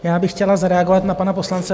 Já bych chtěla zareagovat na pana poslance.